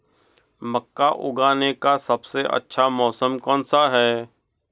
मक्का उगाने का सबसे अच्छा मौसम कौनसा है?